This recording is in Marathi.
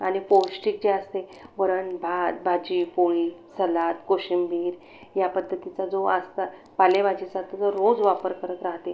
आणि पौष्टिक जे असते वरणभात भाजी पोळी सलाद कोशिंबीर या पद्धतीचा जो असता पालेभाजीचा तर रोज वापर करत राहते